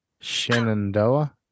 Shenandoah